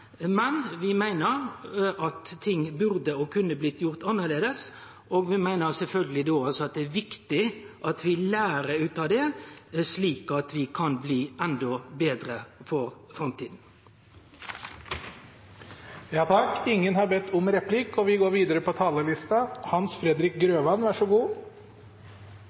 men vi meiner at ting burde og kunne blitt gjort annleis, og vi meiner sjølvsagt det er viktig at vi lærer av dette, slik at vi kan bli endå betre i framtida. Det er grunn til å uttrykke tilfredshet med det arbeidet Evalueringsutvalget har utført, og fra Kristelig Folkepartis side er vi